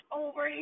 over